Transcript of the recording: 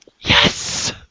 yes